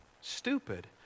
stupid